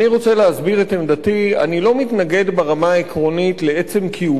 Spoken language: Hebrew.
אני לא מתנגד ברמה העקרונית לעצם קיומם של אזיקים אלקטרוניים,